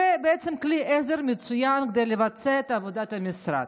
בעצם כלי עזר מצוין כדי לבצע את עבודת המשרד.